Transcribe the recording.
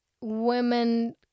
women